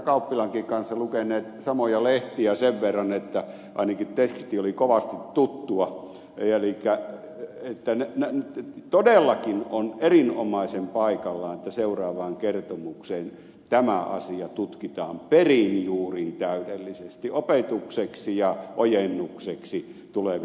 kauppilankin kanssa lukeneet samoja lehtiä sen verran että ainakin teksti oli kovasti tuttua ja todellakin on erinomaisen paikallaan että seuraavaan kertomukseen tämä asia tutkitaan perin juurin täydellisesti opetukseksi ja ojennukseksi tuleville sukupolville